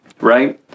right